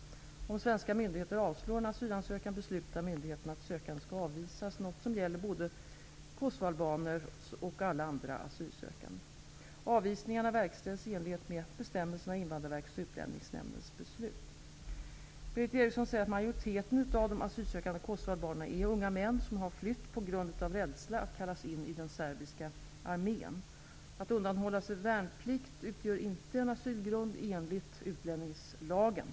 Om svenska myndigheter avslår en asylansökan beslutar myndigheten att sökanden skall avvisas, något som gäller såväl kosovoalbaner som alla andra asylsökande. Avvisningarna verkställs i enlighet med bestämmelserna i Invandrarverkets eller Berith Eriksson säger att majoriteten av de asylsökande kosovoalbanerna är unga män som flytt på grund av rädsla att kallas in i den serbiska armén. Att undanhålla sig värnplikt utgör inte asylgrund enligt utlänningslagen.